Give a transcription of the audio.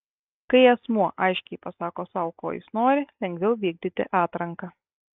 kai asmuo aiškiai pasako sau ko jis nori lengviau vykdyti atranką